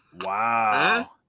Wow